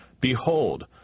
Behold